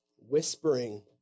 whispering